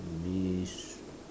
wish